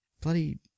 Bloody